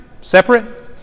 separate